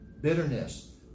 Bitterness